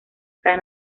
tres